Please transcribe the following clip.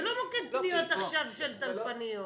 זה לא מוקד פניות של טלפניות.